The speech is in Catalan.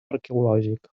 arqueològic